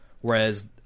Whereas